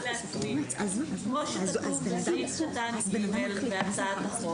ל --- כמו שכתוב בסעיף קטן (ג) בהצעת החוק.